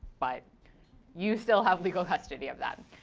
but you still have legal custody of them.